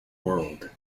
world